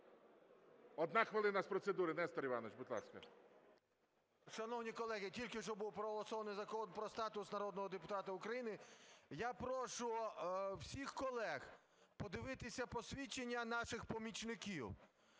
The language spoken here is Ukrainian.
Одна хвилина з процедури. Нестор Іванович, будь ласка. 10:51:22 ШУФРИЧ Н.І. Шановні колеги, тільки що був проголосований Закон "Про статус народного депутата України". Я прошу всіх колег подивитися посвідчення наших помічників.